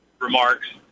remarks